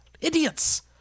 Idiots